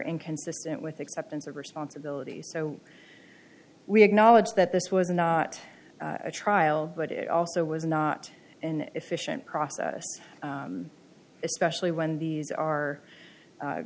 inconsistent with acceptance of responsibility so we acknowledge that this was not a trial but it also was not an efficient process especially when these are